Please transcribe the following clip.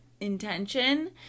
intention